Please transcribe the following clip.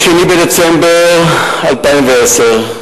2 בדצמבר 2010,